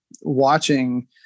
watching